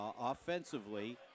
offensively